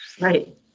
right